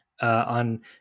on